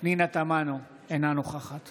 פנינה תמנו, אינה נוכחת